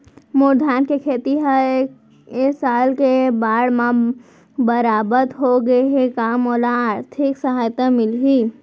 मोर धान के खेती ह ए साल के बाढ़ म बरबाद हो गे हे का मोला आर्थिक सहायता मिलही?